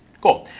cool.